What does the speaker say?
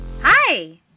Hi